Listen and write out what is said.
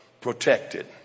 protected